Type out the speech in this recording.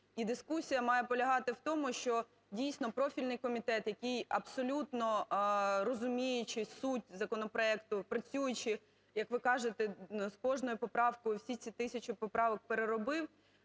дискусія має полягати в тому, що, дійсно, профільний комітет, який абсолютно розуміючи суть законопроекту, працюючи, як ви кажете, з кожною поправкою, всі ці тисячі поправок переробив,